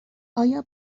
آیا